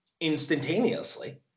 instantaneously